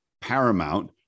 paramount